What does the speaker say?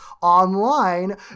online